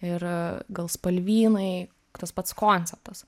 ir gal spalvynai tas pats konceptas